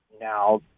Now